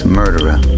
murderer